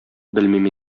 белмим